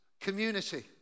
community